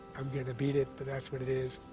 i'm gonna beat it, but that's what it is.